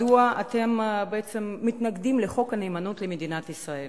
מדוע אתם מתנגדים לחוק הנאמנות למדינת ישראל.